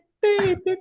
baby